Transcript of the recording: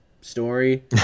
story